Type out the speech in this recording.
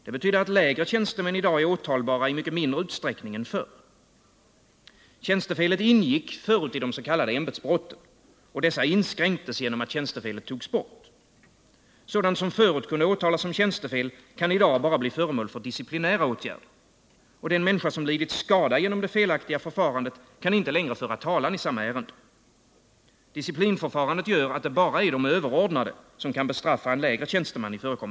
Det betyder att lägre tjänstemän i dag är åtalbara i mycket mindre utsträckning än förr. Tjänstefelet ingick tidigare i de s.k. ämbetsbrotten. Dessa inskränktes genom att tjänstefelet togs bort. Sådant som förut kunde åtalas som tjänstefel kan i dag bara bli föremål för disciplinära åtgärder. Och den människa som lidit skada genom det felaktiga förfarandet kan inte längre föra talan i samma ärende. Disciplinförfarandet gör att det bara är de överordnade som i förekommande fall kan bestraffa en lägre tjänsteman.